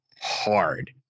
hard